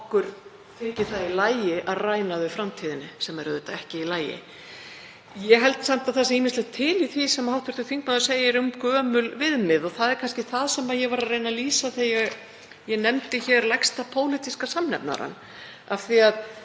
okkur þyki það í lagi að ræna þau í framtíðinni, sem er auðvitað ekki í lagi. Ég held samt að það sé ýmislegt til í því sem hv. þingmaður segir um gömul viðmið og það er kannski það sem ég var að reyna að lýsa þegar ég nefndi hér lægsta pólitíska samnefnarann. Viðmið